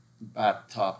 bathtub